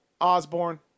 Osborne